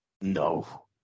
No